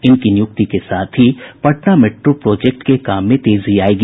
इनकी नियुक्ति के साथ ही पटना मेट्रो प्रोजेक्ट के काम में तेजी आयेगी